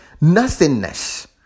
nothingness